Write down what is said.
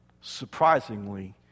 surprisingly